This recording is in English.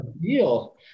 deal